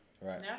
Right